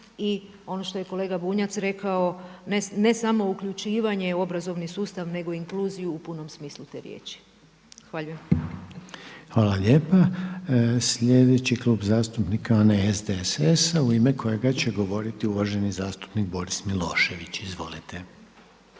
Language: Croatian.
I ono što je kolega Bunjac rekao, ne samo uključivanje u obrazovni sustav nego inkluziju u punom smislu te riječi. Zahvaljujem. **Reiner, Željko (HDZ)** Hvala lijepa. Sljedeći Kluba zastupnika je onaj SDSS-a u ime kojega će govoriti uvaženi zastupnik Boris Milošević. Izvolite.